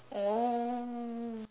oh